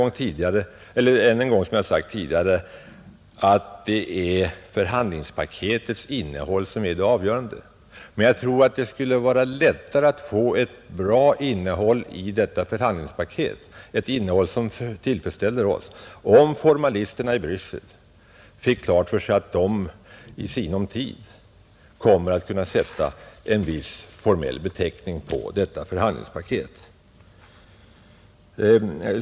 Jag upprepar än en gång det jag sagt tidigare att det är förhandlingspaketets innehåll som är det avgörande. Men jag tror att det skall vara lättare att få ett bra innehåll i detta förhandlingspaket, ett innehåll som tillfredsställer oss, om formalisterna i Bryssel fick klart för sig att de i sinom tid kommer att kunna sätta en viss formell beteckning på detta förhandlingspaket.